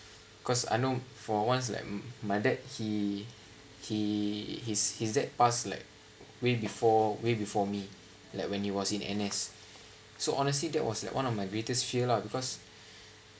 cause I know for once like my dad he he his his dad passed like way before way before me like when he was in N_S so honestly that was like one of my greatest fear lah because